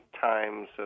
Times